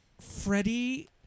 Freddie